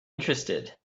interested